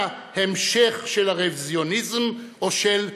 המשך של הרוויזיוניזם או של הבגיניזם.